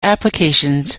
applications